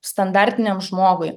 standartiniam žmogui